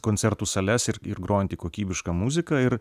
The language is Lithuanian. koncertų sales ir ir grojanti kokybišką muziką ir